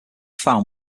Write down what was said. found